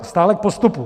Stále k postupu.